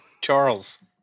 Charles